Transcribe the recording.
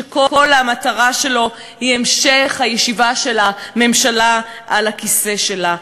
שכל המטרה שלו היא המשך הישיבה של הממשלה על הכיסא שלה.